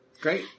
Great